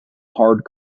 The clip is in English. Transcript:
hard